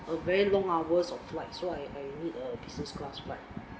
a very long hours of flight so I I need business class flight